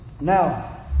Now